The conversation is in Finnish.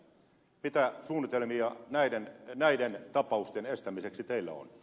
mitä suunnitelmia näiden tapausten estämiseksi teillä on